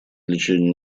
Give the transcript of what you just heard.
лечению